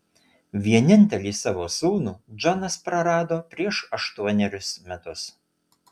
vienintelį savo sūnų džonas prarado prieš aštuonerius metus